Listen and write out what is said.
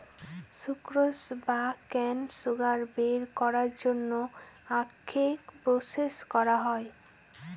sucrose বা cane sugar বের করার জন্য আখকে প্রসেস করা হয়